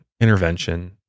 intervention